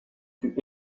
fut